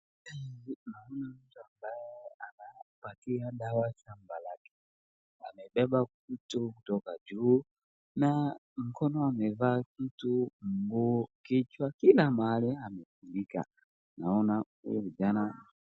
Mbele yangu naona mtu anayepatia dawa shamba lake, amebeba kitu kutoka juu na mkono amevaa kitu, nguo kichwa, kila mahali amefunika. Naona huyo kijana.